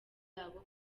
yabo